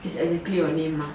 is exactly your name mah